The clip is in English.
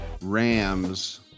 Rams